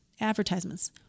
advertisements